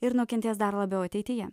ir nukentės dar labiau ateityje